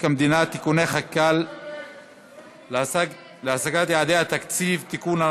המדינה (תיקוני חקיקה להשגת יעדי התקציב) (תיקון,